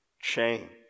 change